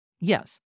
Yes